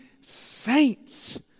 saints